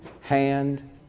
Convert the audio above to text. hand